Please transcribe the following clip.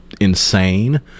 insane